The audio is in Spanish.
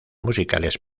musicales